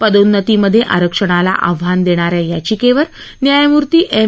पदोन्नतीमधे आरक्षणाला आव्हान देणा या याचिकेवर न्यायमूर्ती एम